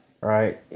Right